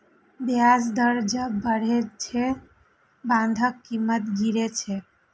ब्याज दर जब बढ़ै छै, बांडक कीमत गिरै छै